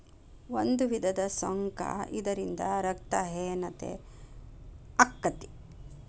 ಒಂದು ವಿಧದ ಸೊಂಕ ಇದರಿಂದ ರಕ್ತ ಹೇನತೆ ಅಕ್ಕತಿ